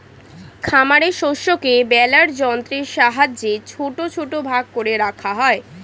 খামারের শস্যকে বেলার যন্ত্রের সাহায্যে ছোট ছোট ভাগ করে রাখা হয়